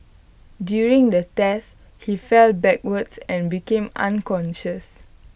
during the test he fell backwards and became unconscious